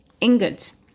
ingots